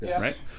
right